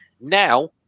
Now